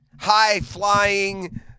high-flying